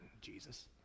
Jesus